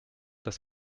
das